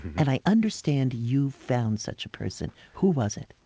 and i understand you found such a person. who was it?